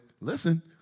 listen